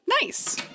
nice